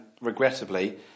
regrettably